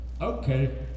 okay